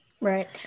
right